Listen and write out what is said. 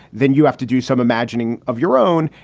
then you have to do some imagining of your own.